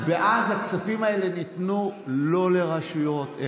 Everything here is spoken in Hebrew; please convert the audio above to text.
ואז הכספים האלה ניתנו לא לרשויות,